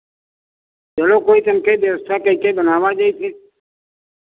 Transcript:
चलो कोई तनके व्यवस्था कइके बनावा जाई फिर